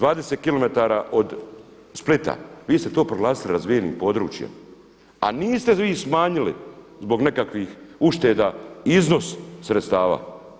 20km od Splita vi ste to proglasili razvijenim područjem, a niste vi smanjili zbog nekakvih ušteda iznos sredstava.